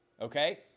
okay